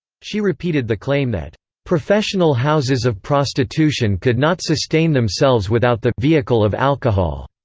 she repeated the claim that professional houses of prostitution could not sustain themselves without the vehicle of alcohol